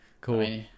Cool